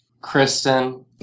Kristen